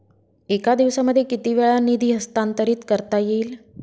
एका दिवसामध्ये किती वेळा निधी हस्तांतरीत करता येईल?